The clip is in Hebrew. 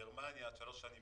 גרמניה 3 שנים,